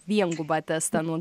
viengubą testą nuo